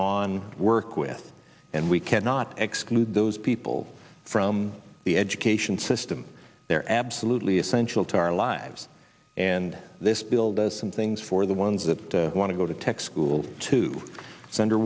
on work with and we cannot exclude those people from the education system they're absolutely essential to our lives and this bill does some things for the ones that want to go to tech school to sen